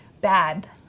bad